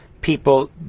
people